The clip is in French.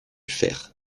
fer